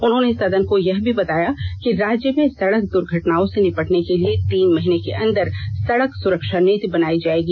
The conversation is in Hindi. उन्होंने सदन को यह भी बताया कि राज्य में सड़क दुर्घटनाओं से निपटने के लिए तीन महीने के अंदर सड़क सुरक्षा नीति बनाई जाएगी